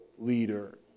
leader